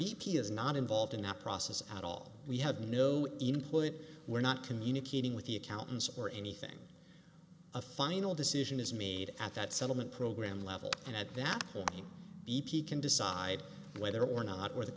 p is not involved in our process at all we have no input we're not communicating with the accountants or anything a final decision is made at that settlement program level and at that point b p can decide whether or not or the